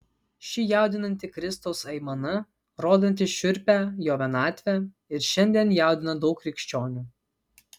ši jaudinanti kristaus aimana rodanti šiurpią jo vienatvę ir šiandien jaudina daug krikščionių